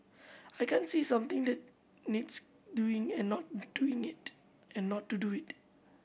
I can't see something that needs doing and not doing it and not to do it